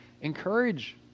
encourage